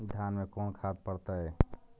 धान मे कोन खाद पड़तै?